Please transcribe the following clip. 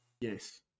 Yes